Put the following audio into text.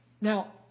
Now